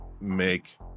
make